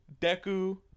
Deku